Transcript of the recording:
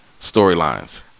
storylines